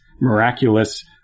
miraculous